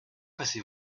passez